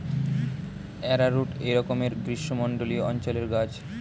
arrowroot একরকমের গ্রীষ্মমণ্ডলীয় অঞ্চলের গাছ